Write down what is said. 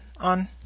on